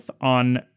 on